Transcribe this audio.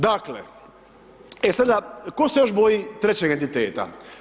Dakle, e sada, tko se još boji trećeg entiteta?